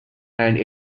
and